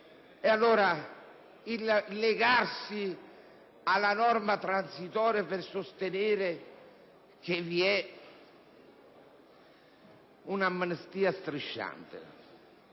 quindi legarsi alla norma transitoria per sostenere che vi è un'amnistia strisciante.